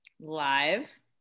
live